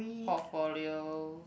portfolio